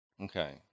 Okay